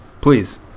Please